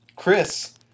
Chris